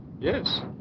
Yes